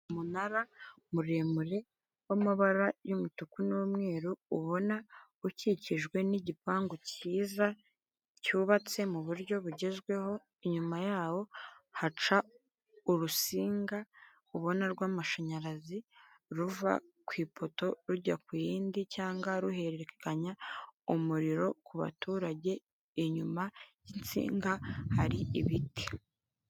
Umunara muremure w'amabara y'umutuku n'umweru, ubona ukikijwe n'igipangu cyiza cyubatse mu buryo bugezweho, inyuma yawo haca urusinga ubona rw'amashanyarazi ruva ku ipoto rujya ku yindi cyangwa ruhererekanya umuriro ku baturage, inyuma y'insinga hari ibiti.